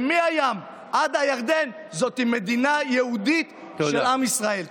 מהים עד הירדן זאת מדינה יהודית של עם ישראל.